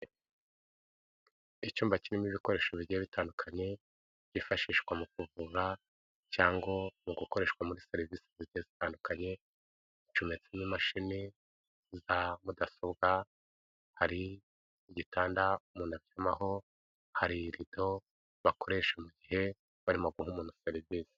Icyumba kirimo ibikoresho bigiye bitandukanye byifashishwa mu kuvura cyangwa mu gukoreshwa muri serivisi zitandukanye, hacometsemo imashini za mudasobwa hari igitanda umuntu aryamaho hari irido bakoresha mu gihe barimo guha umuntu serivise.